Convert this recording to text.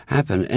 Happen